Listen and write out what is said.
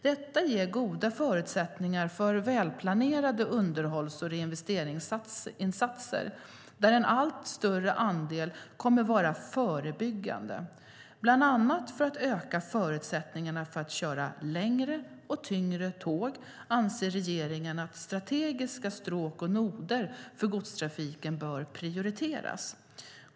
Detta ger goda förutsättningar för välplanerade underhålls och reinvesteringsinsatser där en allt större andel kommer att vara förebyggande. Bland annat för att öka förutsättningarna för att köra längre och tyngre tåg anser regeringen att strategiska stråk och noder för godstrafiken bör prioriteras.